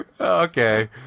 Okay